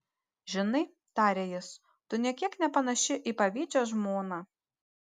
žinai tarė jis tu nė kiek nepanaši į pavydžią žmoną